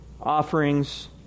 offerings